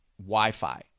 Wi-Fi